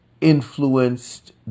influenced